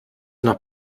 nach